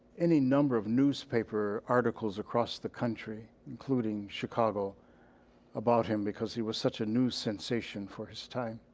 any number of newspaper articles across the country, including chicago about him because he was such a new sensation for his time.